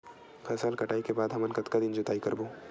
फसल कटाई के बाद हमन कतका दिन जोताई करबो?